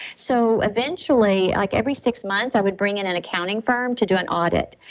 so eventually like every six months i would bring in an accounting firm to do an audit.